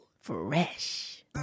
Fresh